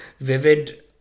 vivid